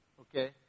Okay